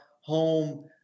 home